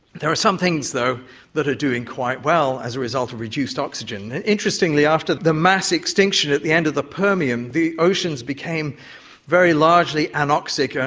there are some things though that are doing quite well as a result of reduced oxygen. interestingly after the mass extinction at the end of the permian, the oceans became very largely anoxic,